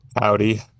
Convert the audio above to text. Howdy